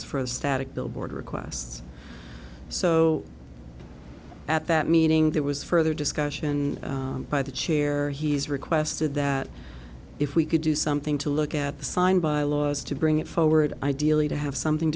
a static billboard requests so at that meeting there was further discussion by the chair he's requested that if we could do something to look at the sign by laws to bring it forward ideally to have something